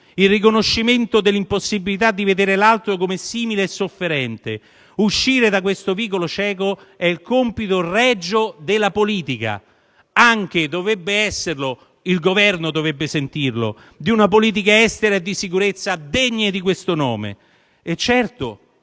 il riconoscimento dell'impossibilità di vedere l'altro come simile e sofferente. Uscire da questo vicolo cieco è il compito "regio" della politica. Anche dovrebbe esserlo - il Governo dovrebbe sentirlo - di una politica estera e di sicurezza degna di questo nome. E certo